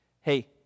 Hey